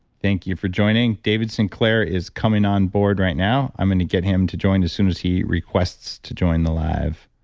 thank you for joining. david sinclair is coming on board right now. i'm going to get him to join as soon as he requests to join the live.